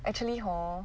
actually hor